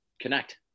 connect